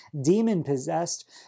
demon-possessed